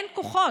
שאין כוחות.